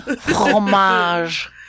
Fromage